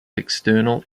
external